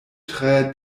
tre